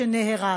שנהרג.